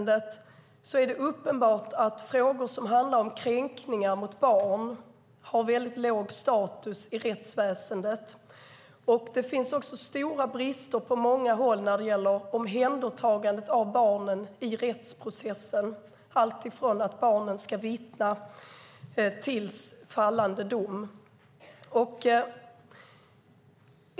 Det är uppenbart att frågor som handlar om kränkningar av barn har väldigt låg status i rättsväsendet. Det finns också stora brister på många håll när det gäller omhändertagandet av barnen i rättsprocessen - det gäller från det att barnen ska vittna till att domen faller.